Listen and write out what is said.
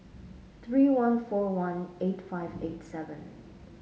three one four one eight five eight seven